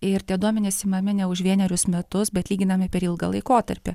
ir tie duomenys imami ne už vienerius metus bet lyginami per ilgą laikotarpį